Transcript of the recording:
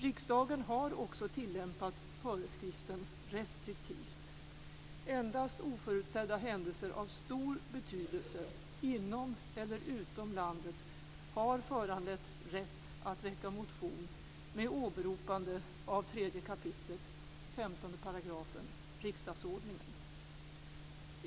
Riksdagen har också tillämpat föreskriften restriktivt. Endast oförutsedda händelser av stor betydelse inom eller utom landet har föranlett rätt att väcka motion med åberopande av 3 kap. 15 § riksdagsordningen.